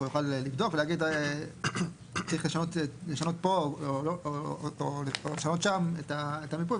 הוא יכול לבדוק ולהגיד צריך לשנות פה או לשנות שם את המיפוי.